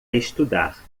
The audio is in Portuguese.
estudar